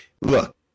Look